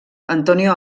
antonio